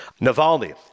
Navalny